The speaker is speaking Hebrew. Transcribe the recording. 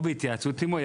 או בהתייעצות עמו,